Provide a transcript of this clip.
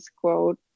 quote